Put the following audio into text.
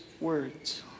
words